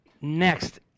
next